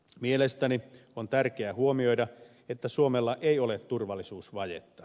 mielestäni on tärkeää huomioida että suomella ei ole turvallisuusvajetta